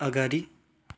अगाडि